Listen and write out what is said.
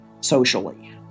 socially